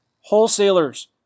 wholesalers